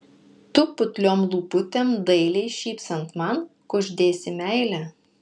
tu putliom lūputėm dailiai šypsant man kuždėsi meilę